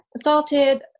assaulted